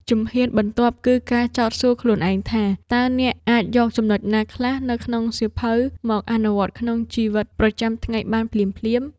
ជំហានបន្ទាប់គឺការចោទសួរខ្លួនឯងថា តើអ្នកអាចយកចំណុចណាខ្លះនៅក្នុងសៀវភៅមកអនុវត្តក្នុងជីវិតប្រចាំថ្ងៃបានភ្លាមៗ។